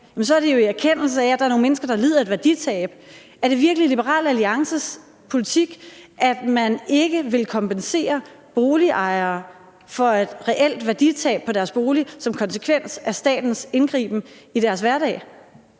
er det jo i erkendelse af, at der er nogle mennesker, der lider et værditab. Er det virkelig Liberal Alliances politik, at man ikke vil kompensere boligejere for et reelt værditab på deres bolig som konsekvens af statens indgriben i deres hverdag?